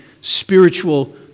spiritual